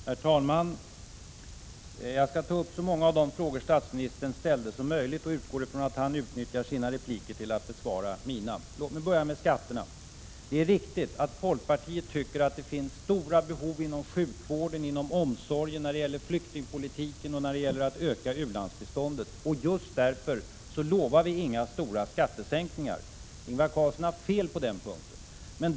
Herr talman! Jag skall ta upp så många som möjligt av de frågor som statsministern ställde och utgår från att han utnyttjar sina repliker till att besvara mina. Låt mig börja med skatterna. Det är riktigt att folkpartiet tycker att det finns stora behov inom sjukvården, inom omsorgen, när det gäller flyktingpolitiken och av ökning av u-landsbiståndet. Just därför lovar vi inga stora skattesänkningar. Ingvar Carlsson har fel på den punkten.